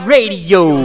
Radio